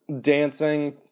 dancing